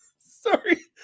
Sorry